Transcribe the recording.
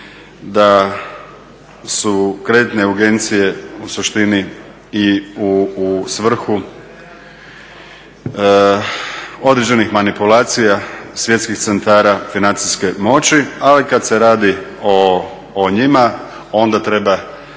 da su kreditne agencije u suštini i u svrhu određenih manipulacija svjetskih centara financijske moći, ali kada se radi o njima, onda treba